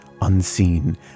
unseen